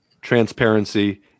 transparency